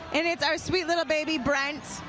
and it's our sweet little baby brent.